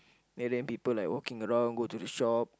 and then people like walking around go to the shop